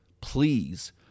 Please